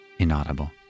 inaudible